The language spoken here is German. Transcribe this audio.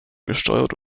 gesteuert